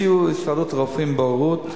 הציעה הסתדרות הרופאים בוררות,